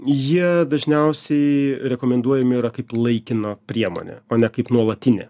jie dažniausiai rekomenduojami yra kaip laikina priemonė o ne kaip nuolatinė